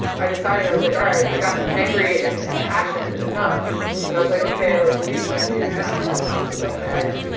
i decided, i was like, alright, i got angry and impassioned enough that i was like okay, like what do you want to do now and i was like, okay,